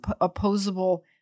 opposable